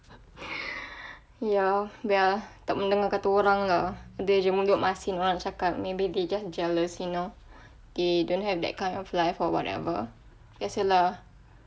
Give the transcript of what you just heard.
ya tak mahu dengar kata orang lah maybe they just jealous you know they don't have that kind of life or whatever that's it lah